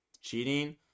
cheating